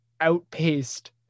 outpaced